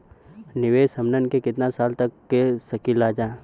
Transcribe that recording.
निवेश हमहन के कितना साल तक के सकीलाजा?